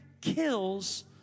kills